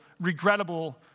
regrettable